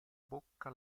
bocca